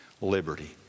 liberty